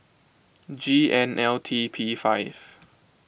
G N L T P five